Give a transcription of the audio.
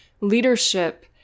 leadership